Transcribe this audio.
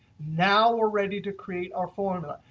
now, we're ready to create our formula.